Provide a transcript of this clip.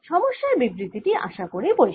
সমস্যার বিবৃতি টি আশা করি পরিস্কার